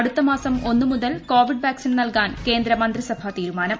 അടുത്തമാസം ഒന്ന് മുതൽ കോവിഡ് വാക്സിൻ നല്കാൻ കേന്ദ്രമന്ത്രീസഭാ തീരുമാനം